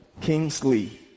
Kingsley